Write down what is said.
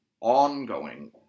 ongoing